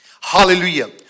Hallelujah